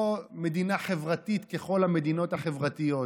לא מדינה חברתית ככל המדינות החברתיות,